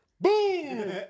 Boom